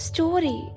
Story